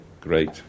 great